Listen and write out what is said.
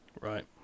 Right